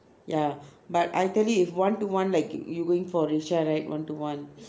ya but I tell you if you one to one like you going for reisha one to one